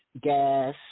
Gas